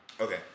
Okay